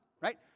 right